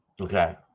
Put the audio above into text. Okay